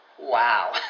Wow